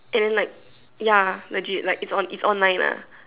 and then like ya legit like it's on it's online lah